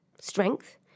strength